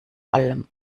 allem